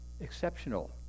exceptional